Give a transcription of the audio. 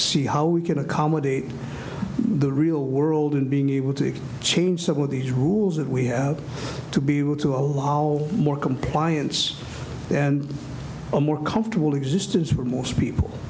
see how we can accommodate the real world and being able to change some of these rules that we have to be able to allow more compliance and a more comfortable existence for most people